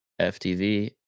FTV